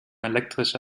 elektrische